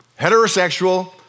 heterosexual